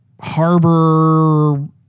harbor